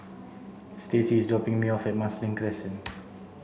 Stacie is dropping me off at Marsiling Crescent